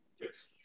Yes